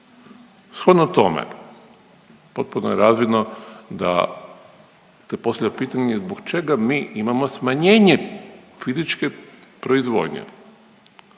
Shodno tome potpuno je razvidno da se postavlja pitanje zbog čega mi imao smanjenje fizičke proizvodnje.